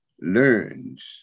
learns